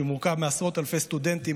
שמורכב מעשרות אלפי סטודנטים,